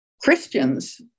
Christians